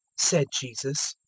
said jesus,